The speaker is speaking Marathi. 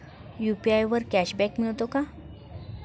यु.पी.आय वर कॅशबॅक मिळतो का?